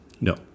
No